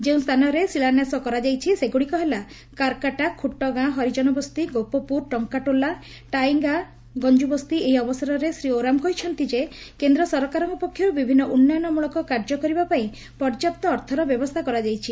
ଯେଉଁ ସ୍ତାନରେ ଶିଳାନ୍ୟାସ କରାଯାଇଛି ସେଗୁଡ଼ିକ ହେଲା କାରକାଟା ଖୁଟଗାଁ ହରିଜନବସ୍ତି ଗୋପପୁର ଟଙ୍କାଟୋଲା ଟାଇଣ୍ଡା ଗଞ୍ଠୁବସ୍ତି ଏହି ଅବସରେ ଶ୍ରୀ ଓରାମ୍ କହିଛନ୍ତି ଯେ କେନ୍ଦ୍ର ସରକାରଙ୍କ ପକ୍ଷରୁ ବିଭିନ୍ନ ଉନ୍ନୟନମୂଳକ କାର୍ଯ୍ୟ କରିବା ପାଇଁ ପର୍ଯ୍ୟାପ୍ତ ଅର୍ଥର ବ୍ୟବସ୍ରା କରାଯାଇଛି